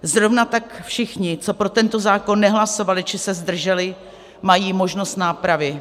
Zrovna tak všichni, co pro tento zákon nehlasovali či se zdrželi, mají možnost nápravy.